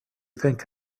think